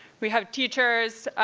we have teachers,